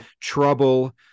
trouble